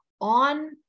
on